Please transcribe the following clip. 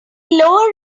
lower